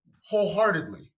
wholeheartedly